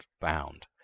bound